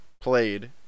played